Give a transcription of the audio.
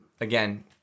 again